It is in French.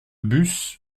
bus